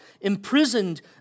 imprisoned